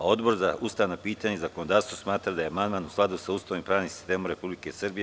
Odbor za ustavna pitanja i zakonodavstvo smatra da je amandman u skladu sa Ustavom i pravnim sistemom Republike Srbije.